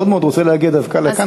מאוד מאוד רוצה להגיע דווקא לכאן,